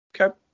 Okay